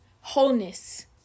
wholeness